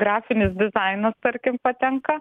grafinis dizainas tarki patenka